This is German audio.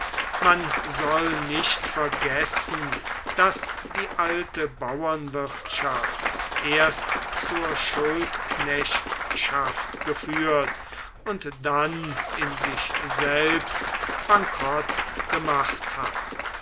man soll nicht vergessen daß die alte bauernwirtschaft erst zur schuldknechtschaft geführt und dann in sich selbst bankrott gemacht hat